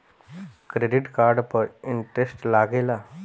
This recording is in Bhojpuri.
क्रेडिट कार्ड पर इंटरेस्ट लागेला?